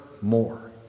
more